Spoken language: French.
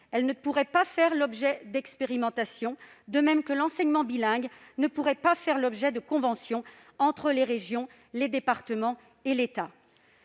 elle ne pourrait d'ailleurs pas faire l'objet d'expérimentations, de même que l'enseignement bilingue ne pourrait pas faire l'objet de conventions entre les régions, les départements et l'État.